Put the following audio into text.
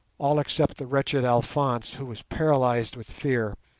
all except the wretched alphonse, who was paralysed with fear,